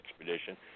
Expedition